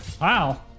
Wow